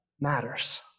matters